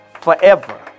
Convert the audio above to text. forever